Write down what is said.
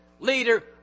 Leader